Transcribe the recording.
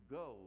go